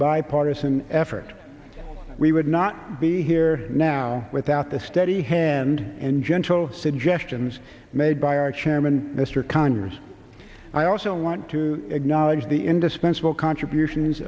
bipartisan effort we would not be here now without the steady hand and gentle suggestions made by our chairman mr conyers i also want to acknowledge the indispensable contributions